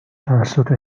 توسط